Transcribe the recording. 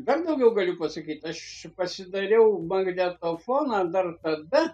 dar daugiau galiu pasakyt aš pasidariau magnetofoną dar tada